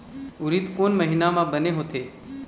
उरीद कोन महीना म बने होथे?